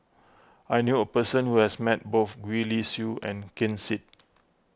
I knew a person who has met both Gwee Li Sui and Ken Seet